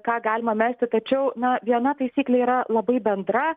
ką galima mesti tačiau na viena taisyklė yra labai bendra